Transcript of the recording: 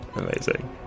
Amazing